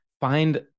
find